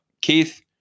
keith